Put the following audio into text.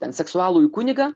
ten seksualųjį kunigą